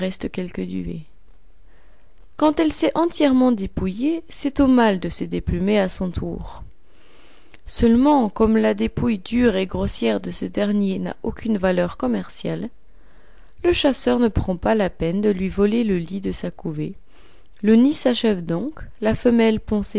quelque duvet quand elle s'est entièrement dépouillée c'est au mâle de se déplumer à son tour seulement comme la dépouille dure et grossière de ce dernier n'a aucune valeur commerciale le chasseur ne prend pas la peine de lui voler le lit de sa couvée le nid s'achève donc la femelle